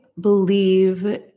believe